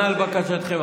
נענה לבקשתכם.